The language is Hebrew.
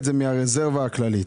מתוך הרזרבה הכללית.